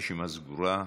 הרשימה סגורה.